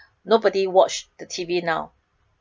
nobody watch the T_V now